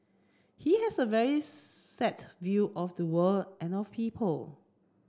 he has a very set view of the world and of people